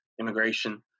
immigration